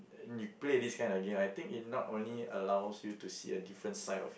you play this kind of game I think it not only allows you to see a different side of